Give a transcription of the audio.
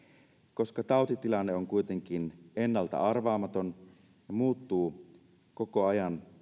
koska tautitilanne on kuitenkin ennalta arvaamaton ja muuttuu koko ajan